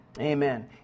Amen